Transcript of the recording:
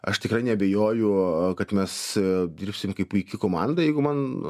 aš tikrai neabejoju a kad mes a dirbsim kaip puiki komanda jeigu man